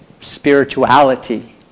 spirituality